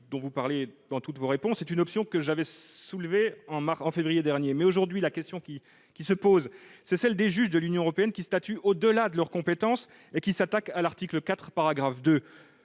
que vous évoquez dans toutes vos réponses est une option que j'ai soulevée au mois de février dernier. Aujourd'hui, la question qui se pose, c'est celle des juges de l'Union européenne, qui statuent au-delà de leur compétence et qui s'attaquent au paragraphe 2